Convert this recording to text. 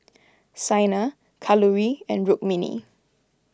Saina Kalluri and Rukmini